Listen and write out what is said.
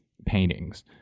paintings